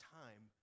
time